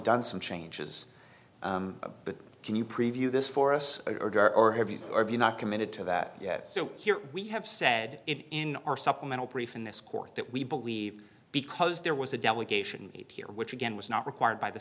done some changes but can you preview this for us or order or have you are not committed to that yet so here we have said it in our supplemental brief in this court that we believe because there was a delegation here which again was not required by the